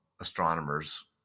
astronomers